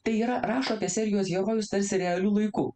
tai yra rašo apie serijos herojus tarsi realiu laiku